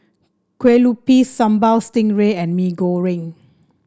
Kueh Lupis Sambal Stingray and Mee Goreng